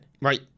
Right